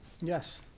Yes